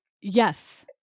yes